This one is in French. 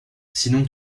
sinon